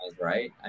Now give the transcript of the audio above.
right